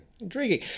Intriguing